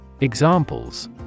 Examples